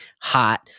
hot